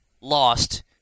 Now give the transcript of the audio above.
lost